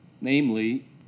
Namely